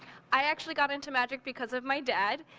i actually got into magic because of my dad.